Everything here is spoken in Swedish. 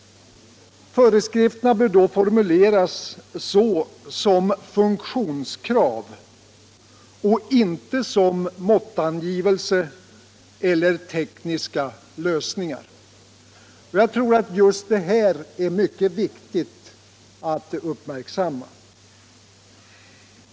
Föreskrifterna bör då formuleras som funktionskrav och inte utformas som måttangivelser eller tekniska lösningar. Just detta är mycket viktigt att uppmärksamma.